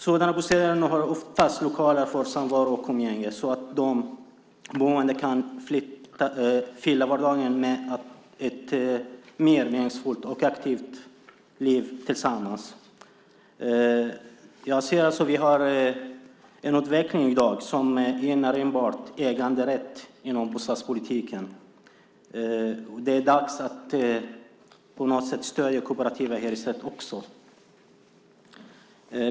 Sådana bostadshus har ofta lokaler för samvaro och umgänge så att de boende kan fylla vardagen med ett meningsfullt och aktivt liv tillsammans. Vi har en utveckling i dag inom bostadspolitiken som enbart gynnar äganderätt. Det är dags att på något sätt stödja den kooperativa hyresrätten också.